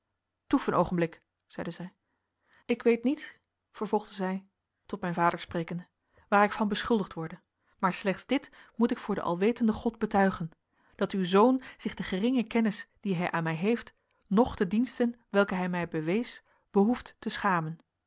een oogenblik zeide zij ik weet niet vervolgde zij tot mijn vader sprekende waar ik van beschuldigd worde maar slechts dit moet ik voor den alwetenden god betuigen dat uw zoon zich de geringe kennis die hij aan mij heeft noch de diensten welke hij mij bewees behoeft te schamen